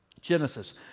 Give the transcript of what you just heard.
Genesis